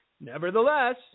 Nevertheless